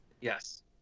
Yes